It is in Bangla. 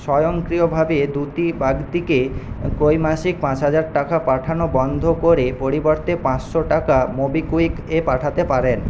স্বয়ংক্রিয়ভাবে দ্যুতি বাগদিকে ত্রৈমাসিক পাঁচ হাজার টাকা পাঠানো বন্ধ করে পরিবর্তে পাঁচশো টাকা মোবিকুইক এ পাঠাতে পারেন